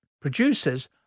producers